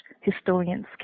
historians